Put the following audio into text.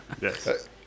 Yes